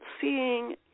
seeing